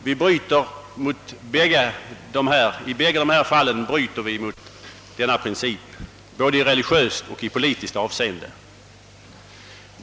Vi bryter mot den principen, både i religiöst och i politiskt avseende.